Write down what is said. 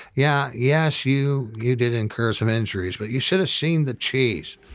yeah. yes, you you did incur some injuries, but you should've seen the cheese.